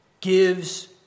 gives